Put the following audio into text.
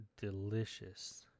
delicious